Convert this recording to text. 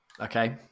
Okay